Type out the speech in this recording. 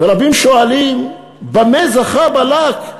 ורבים שואלים במה זכה בלק,